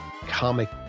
comic